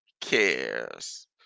cares